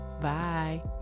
Bye